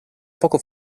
poco